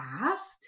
asked